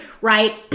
right